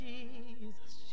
Jesus